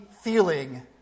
feeling